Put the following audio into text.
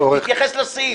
תתייחס לסעיף.